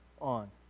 on